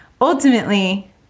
ultimately